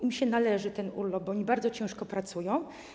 Im się należy ten urlop, bo oni bardzo ciężko pracują.